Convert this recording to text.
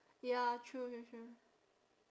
ya true true true